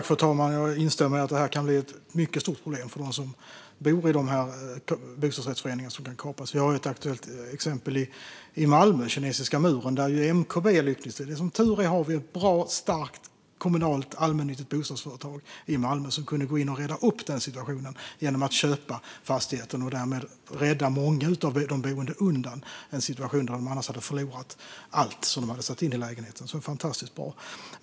Fru talman! Jag instämmer i att detta kan bli ett mycket stort problem för dem som bor i bostadsrättsföreningar som kapas. Vi har ett aktuellt exempel i Malmö, Kinesiska muren. Som tur är har vi ett bra och starkt kommunalt, allmännyttigt bostadsföretag i Malmö, MKB, som kunde gå in och rädda situationen genom att köpa fastigheten och därmed rädda många av de boende undan en situation där de annars hade förlorat allt som de hade investerat i lägenheten. Det är fantastiskt bra.